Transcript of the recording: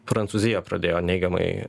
prancūzija pradėjo neigiamai